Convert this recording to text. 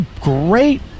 great